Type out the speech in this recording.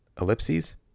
Ellipses